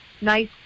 nice